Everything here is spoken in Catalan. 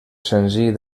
senzill